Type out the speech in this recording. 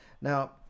now